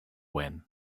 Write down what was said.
when